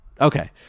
Okay